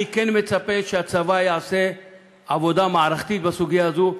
אני כן מצפה שהצבא יעשה עבודה מערכתית בסוגיה הזו,